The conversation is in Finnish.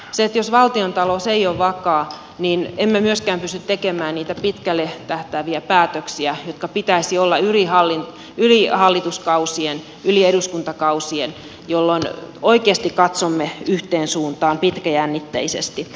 jos valtiontalous ei ole vakaa emme myöskään pysty tekemään niitä pitkälle tähtääviä päätöksiä joiden pitäisi olla yli hallituskausien yli eduskuntakausien jolloin oikeasti katsomme yhteen suuntaan pitkäjännitteisesti